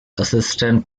assistant